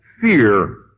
fear